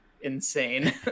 insane